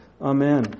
Amen